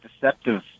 deceptive